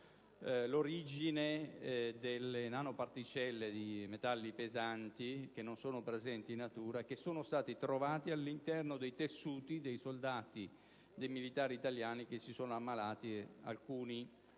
l'origine delle nanoparticelle dei metalli pesanti che non sono presenti in natura e che sono stati trovati nei tessuti dei militari italiani che si sono ammalati, molti